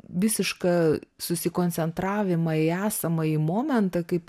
visišką susikoncentravimą į esamąjį momentą kaip